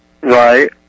Right